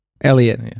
Elliot